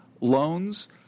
loans